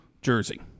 jersey